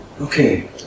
Okay